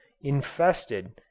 infested